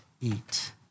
eat